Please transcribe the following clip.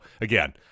again